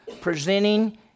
presenting